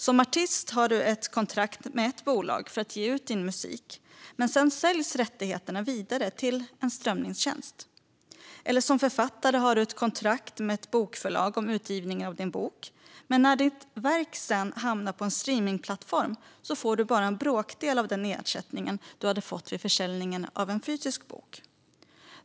Som artist har du ett kontrakt med ett bolag för att ge ut din musik, men sedan säljs rättigheterna vidare till en strömningstjänst. Som författare har du ett kontrakt med ett bokförlag om utgivning av din bok, men när ditt verk sedan hamnar på en streamingplattform får du bara en bråkdel av den ersättning du hade fått vid försäljningen av en fysisk bok.